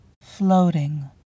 floating